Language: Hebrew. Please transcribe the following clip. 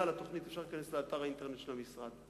על התוכנית אפשר להיכנס לאתר האינטרנט של המשרד.